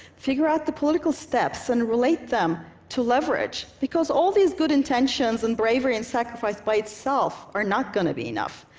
figure out the political steps and relate them to leverage, because all these good intentions and bravery and sacrifice by itself are not going to be enough.